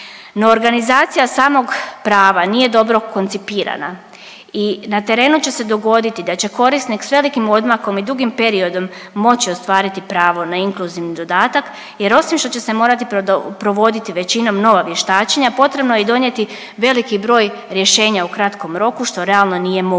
no organizacija samog prava nije dobro koncipirana i na terenu će se dogoditi da će korisnik sa velikim odmakom i dugim periodom moći ostvariti pravo na inkluzivni dodatak, jer osim što će se morati provoditi većinom nova vještačenja, potrebno je i donijeti veliki broj rješenja u kratkom roku što realno nije moguće.